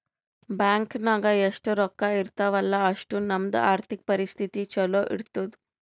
bank ನಾಗ್ ಎಷ್ಟ ರೊಕ್ಕಾ ಇರ್ತಾವ ಅಲ್ಲಾ ಅಷ್ಟು ನಮ್ದು ಆರ್ಥಿಕ್ ಪರಿಸ್ಥಿತಿ ಛಲೋ ಇರ್ತುದ್